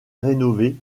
rénové